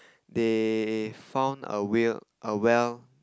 they found a whale a well